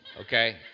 okay